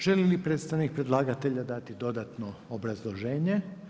Želi li predstavnik predlagatelja dati dodatno obrazloženje?